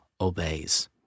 obeys